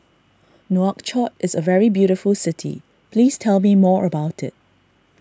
Nouakchott is a very beautiful city please tell me more about it